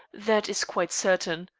that is quite certain.